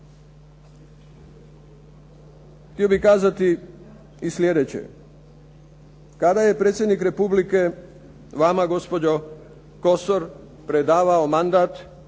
Htio bih kazati i sljedeće. Kada je predsjednik Republike Vama gospođo Kosor predavao mandat